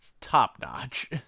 top-notch